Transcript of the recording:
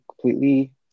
completely